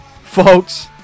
Folks